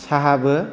साहाबो